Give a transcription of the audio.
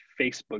Facebook